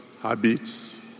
habits